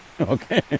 okay